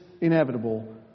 inevitable